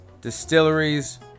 distilleries